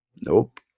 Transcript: Nope